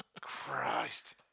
Christ